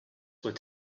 were